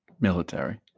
military